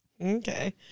Okay